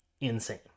insane